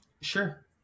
Sure